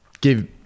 give